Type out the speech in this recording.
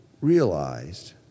realized